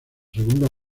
segunda